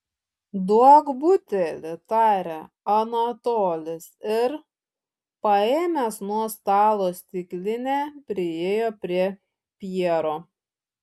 duok butelį tarė anatolis ir paėmęs nuo stalo stiklinę priėjo prie pjero